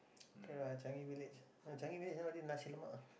K lah Changi Village ah Changi Village there only Nasi-Lemak ah